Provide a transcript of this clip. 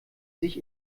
sich